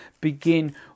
begin